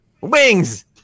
Wings